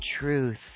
truth